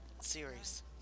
series